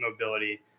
mobility